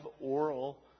oral